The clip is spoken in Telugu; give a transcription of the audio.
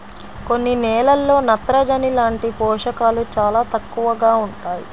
కొన్ని నేలల్లో నత్రజని లాంటి పోషకాలు చాలా తక్కువగా ఉంటాయి